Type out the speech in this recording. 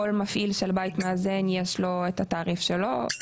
כל מפעיל של בית מאזן יש לו את התעריף שלו,